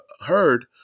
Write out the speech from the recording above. heard